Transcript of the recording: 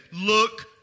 Look